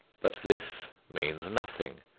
but this means nothing.